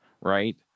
right